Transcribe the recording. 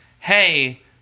hey